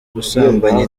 gusambanya